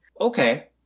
Okay